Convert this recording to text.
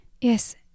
Yes